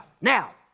Now